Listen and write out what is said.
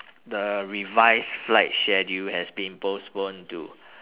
the revised flight schedule has been postponed to